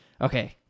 Okay